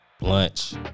lunch